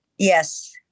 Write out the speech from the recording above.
Yes